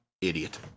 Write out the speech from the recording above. Idiot